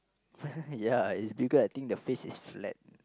ya it's bigger I think the face is flat